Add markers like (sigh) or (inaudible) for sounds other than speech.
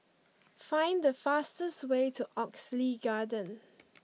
(noise) find the fastest way to Oxley Garden